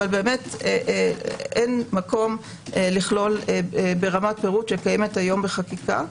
אבל אין מקום לכלול ברמת פירוט שקיימת היום בחקיקה.